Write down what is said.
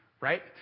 right